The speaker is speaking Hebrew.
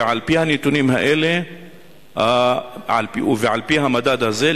על-פי הנתונים האלה ועל-פי המדד הזה,